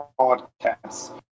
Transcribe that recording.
podcast